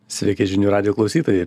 sveiki žinių radijo klausytojai